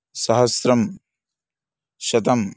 सहस्रं शतम्